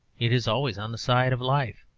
it is always on the side of life.